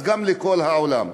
גם לכל העולם.